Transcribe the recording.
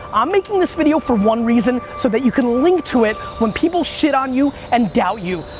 i'm making this video for one reason, so that you can link to it when people shit on you and doubt you.